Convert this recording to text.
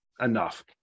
enough